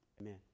amen